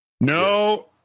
no